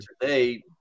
today